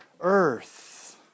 earth